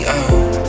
out